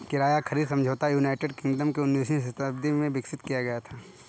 किराया खरीद समझौता यूनाइटेड किंगडम में उन्नीसवीं शताब्दी में विकसित किया गया था